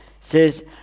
says